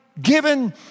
given